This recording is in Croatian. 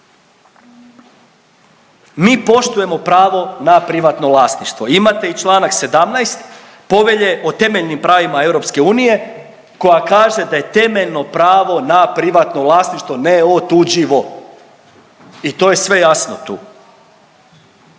Mi poštujemo pravo na privatno vlasništvo. Imate i čl. 17. Povelje o temeljnim pravima EU koja kaže da je temeljno pravo na privatno vlasništvo neotuđivo. I to je sve jasno tu.